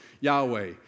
Yahweh